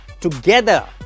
Together